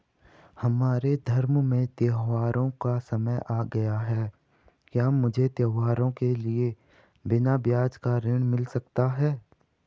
हमारे धर्म में त्योंहारो का समय आ गया है क्या मुझे त्योहारों के लिए बिना ब्याज का ऋण मिल सकता है?